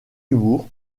humour